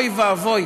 אוי ואבוי,